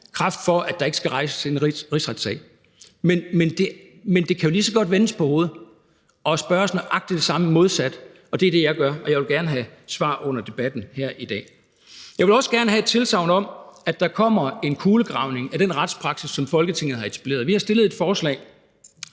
indsats for, at der ikke skal rejses en rigsretssag. Men det kan jo lige så godt vendes på hovedet, så man spørger om nøjagtig det samme, men modsat, og det er det, jeg gør, og jeg vil gerne have svar under debatten her i dag. Jeg vil også gerne have et tilsagn om, at der kommer en kulegravning af den retspraksis, som Folketinget har etableret. Vi har fremsat et forslag